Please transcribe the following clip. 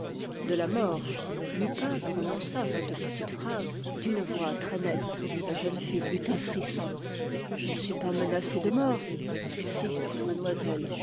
de la mort lupin prononça cette petite phrase d'une voix très nette la jeune fille eut un frisson je ne suis pas menacée de mort si mademoiselle